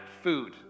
food